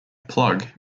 plug